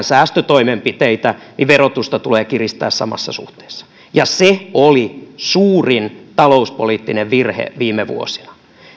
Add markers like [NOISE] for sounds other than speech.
[UNINTELLIGIBLE] säästötoimenpiteitä niin verotusta tulee kiristää samassa suhteessa se oli suurin talouspoliittinen virhe viime vuosina